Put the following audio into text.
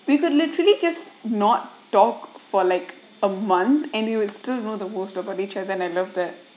we could literally just not talk for like a month and you would still know the rules about each of them I love that